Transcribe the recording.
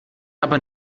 aber